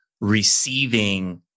receiving